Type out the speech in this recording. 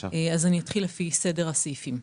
אני אתחיל לפי סדר הסעיפים.